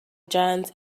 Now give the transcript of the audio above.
giant